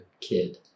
kid